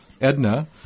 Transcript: Edna